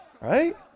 Right